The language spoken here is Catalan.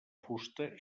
fusta